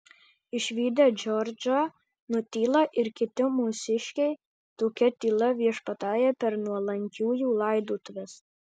išvydę džordžą nutyla ir kiti mūsiškiai tokia tyla viešpatauja per nuolankiųjų laidotuves